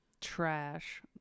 Trash